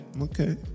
Okay